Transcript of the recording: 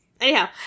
Anyhow